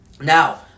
Now